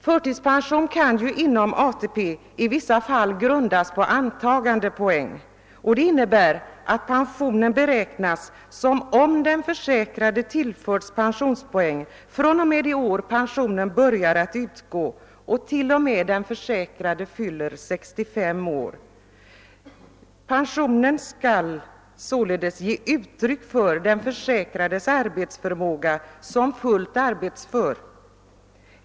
Förtidspension kan ju inom ATP i vissa fall grundas på antagandepoäng, vilket innebär att pensionen beräknas som om den försäkrade tillförts pensionspoäng fr.o.m. det år pensionen börjar att utgå och t.v. m. det år den försäkrade fyller 65 år. Pensionen skall således ge uttryck för den försäkrades arbetsförmåga som fullt arbetsför.